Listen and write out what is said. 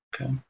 Okay